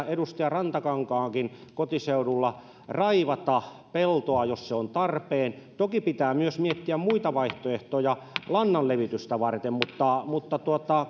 edustaja rantakankaankin kotiseudulla raivata peltoa jos se on tarpeen toki pitää myös miettiä muita vaihtoehtoja lannan levitystä varten mutta mutta